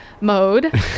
mode